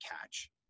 catch